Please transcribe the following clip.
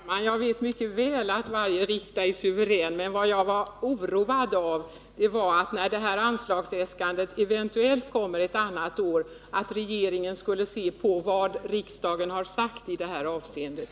Herr talman! Jag vet mycket väl att varje riksdag är suverän, men jag oroades av att när anslagsäskandet eventuellt återkommer ett annat år skulle regeringen se på vad riksdagen tidigare har uttalat.